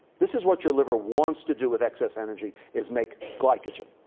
this is what your liver wants to do with excess energy is make glycogen.